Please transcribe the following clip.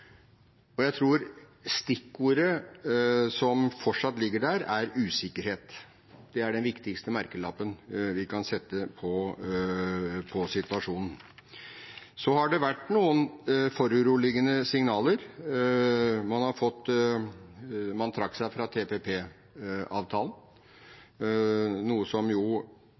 og jeg tror stikkordet som fortsatt ligger der, er usikkerhet. Det er den viktigste merkelappen vi kan sette på situasjonen. Så har det vært noen foruroligende signaler. Man trakk seg fra TPP-avtalen, noe som